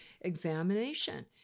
examination